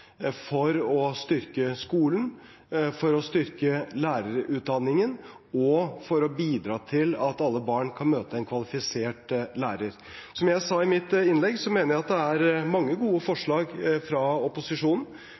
for å styrke skolen, for å styrke lærerutdanningen og for å bidra til at alle barn kan møte en kvalifisert lærer. Som jeg sa i mitt innlegg, mener jeg at det er mange gode forslag fra opposisjonen.